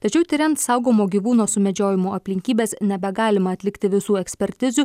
tačiau tiriant saugomo gyvūno sumedžiojimo aplinkybes nebegalima atlikti visų ekspertizių